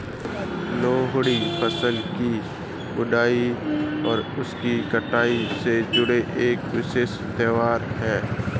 लोहड़ी फसल की बुआई और उसकी कटाई से जुड़ा एक विशेष त्यौहार है